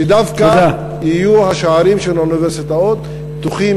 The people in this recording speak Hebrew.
ושדווקא השערים של האוניברסיטאות יהיו פתוחים